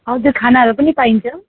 हजुर खानाहरू पनि पाइन्छ